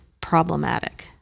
problematic